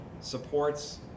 supports